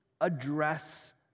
address